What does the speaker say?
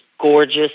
Gorgeous